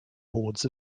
boards